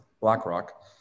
BlackRock